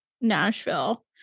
Nashville